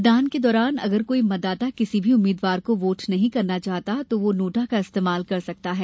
मतदान के दौरान अगर कोई मतदाता किसी भी उम्मीद्वार को वोट नहीं करना चाहता तो वो नोटा का इस्तेमाल कर सकता है